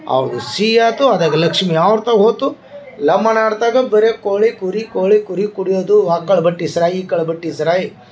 ಅವ್ರ್ದ ಸಿಹಿ ಆತೊ ಅದಾಗ ಲಕ್ಷ್ಮೀ ಅವ್ರು ತಾವು ಹೋತು ಲಂಬಾಣಿ ಅವ್ರ್ತಾಗೆ ಬರೆ ಕೋಳಿ ಕುರಿ ಕೋಳಿ ಕುರಿ ಕುಡಿಯೋದು ಆ ಕಳ್ ಬಟ್ಟಿ ಸರಾಯಿ ಕಳ್ ಬಟ್ಟಿ ಸಾರಾಯಿ